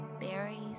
berries